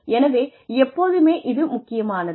எனவே எப்போதுமே இது முக்கியமானது